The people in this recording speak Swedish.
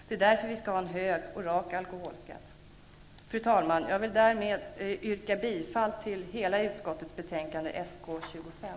Det är därför vi skall ha en hög och rak alkoholskatt. Fru talman! Jag vill därmed yrka bifall till utskottets hemställan i betänkande SkU25.